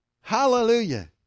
Hallelujah